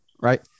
Right